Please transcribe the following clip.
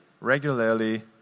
regularly